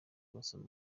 basoma